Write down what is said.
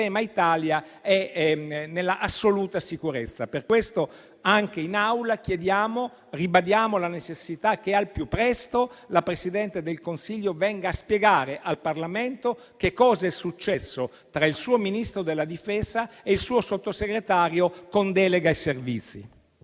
Italia sia nell'assoluta sicurezza. Per questo ribadiamo, anche in Aula, la necessità che al più presto la Presidente del Consiglio venga a spiegare in Parlamento che cos'è successo tra il suo Ministro della difesa e il suo Sottosegretario con delega ai Servizi.